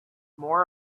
more